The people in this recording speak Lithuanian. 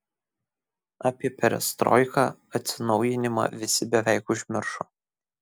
apie perestroiką atsinaujinimą visi beveik užmiršo